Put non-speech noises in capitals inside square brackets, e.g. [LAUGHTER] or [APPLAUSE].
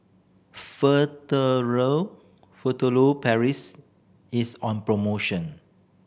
[UNINTELLIGIBLE] Furtere Paris is on promotion